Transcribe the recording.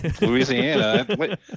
Louisiana